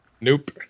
Nope